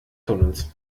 tunnels